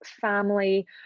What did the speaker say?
family